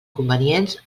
convenients